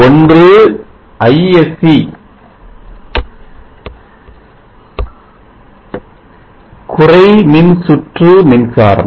ஒன்று ISC குறை மின்சுற்று மின்சாரம்